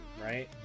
Right